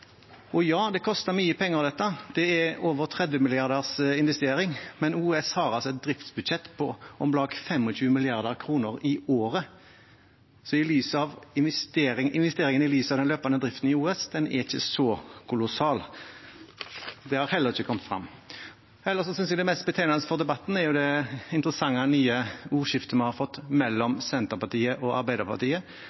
Ja, dette koster mye penger. Det er en investering på over 30 mrd. kr. Men OUS har et driftsbudsjett på om lag 25 mrd. kr i året. Så i lys av den løpende driften i OUS er ikke investeringen så kolossal. Det er heller ikke kommet frem. Ellers synes jeg det mest betegnende for debatten er det interessante, nye ordskiftet vi har fått mellom